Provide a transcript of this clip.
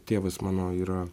tėvas mano yra